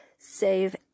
Save